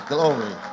Glory